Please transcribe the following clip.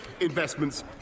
investments